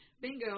bingo